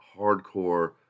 hardcore